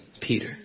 Peter